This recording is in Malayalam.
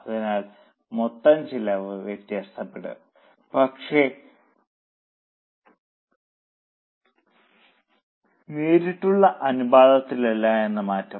അതിനാൽ മൊത്തം ചെലവ് വ്യത്യാസപ്പെടും പക്ഷേ നേരിട്ടുള്ള അനുപാതത്തിലല്ല എന്ന് മാത്രം